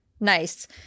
Nice